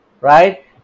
Right